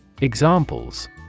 Examples